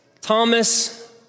Thomas